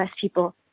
people